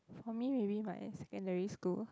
for me maybe my secondary school